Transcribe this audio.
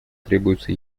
требуется